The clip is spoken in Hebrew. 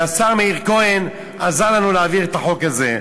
והשר מאיר כהן עזר לנו להעביר את החוק הזה.